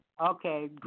okay